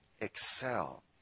excel